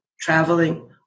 traveling